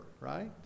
right